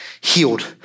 healed